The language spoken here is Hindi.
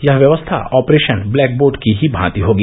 यह व्यवस्था ऑपरेशन ब्लैक बोर्ड की ही भांति होगी